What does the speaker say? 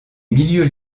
milieux